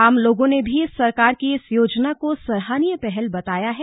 आम लोगों ने भी सरकार की इस योजना को सराहनीय पहल बताया है